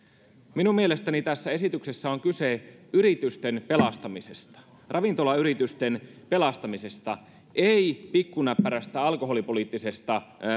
minun mielestäni tässä esityksessä on kyse yritysten pelastamisesta ravintolayritysten pelastamisesta ei pikkunäppärästä alkoholipoliittisesta